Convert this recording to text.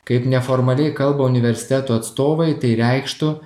kaip neformaliai kalba universitetų atstovai tai reikštų